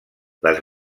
les